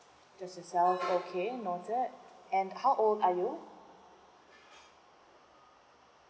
just yourself okay noted and how old are you